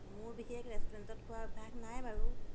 মোৰ বিশেষ ৰেষ্টুৰেণ্টত খোৱা অভ্যাস নাই বাৰু